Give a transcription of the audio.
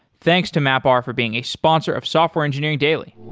thanks to mapr for being a sponsor of software engineering daily